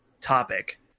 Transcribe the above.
topic